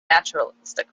naturalistic